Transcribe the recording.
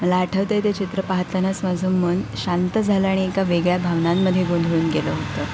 मला आठवतं आहे ते चित्र पाहातानाच माझं मन शांत झालं आणि एका वेगळ्या भावनांमध्ये गोंधळून गेलं होतं